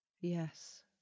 Yes